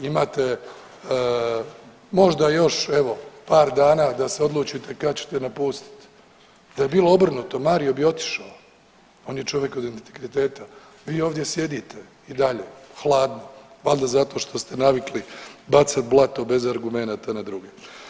Imate možda još evo par dana da se odlučite kad ćete napustit, da je bilo obrnuto Mario bi otišao, on je čovjek od integriteta, vi ovdje sjedite i dalje, hladni, valjda zato što ste navikli bacat blato bez argumenata na druge.